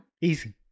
Easy